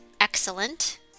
Excellent